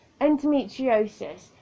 endometriosis